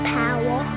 power